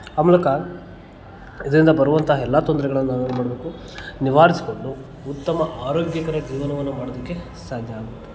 ಆ ಮೂಲಕ ಇದರಿಂದ ಬರುವಂಥ ಎಲ್ಲಾ ತೊಂದರೆಗಳನ್ನು ನಾವು ಏನು ಮಾಡಬೇಕು ನಿವಾರಿಸಿಕೊಂಡು ಉತ್ತಮ ಆರೋಗ್ಯಕರ ಜೀವನವನ್ನು ಮಾಡದಕ್ಕೆ ಸಾಧ್ಯ ಆಗುತ್ತೆ